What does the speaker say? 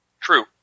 True